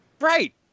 Right